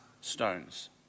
stones